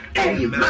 Amen